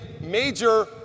major